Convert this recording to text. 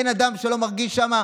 אין אדם שלא מרגיש שם,